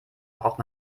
braucht